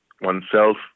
oneself